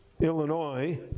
Illinois